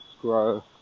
Grow